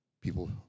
People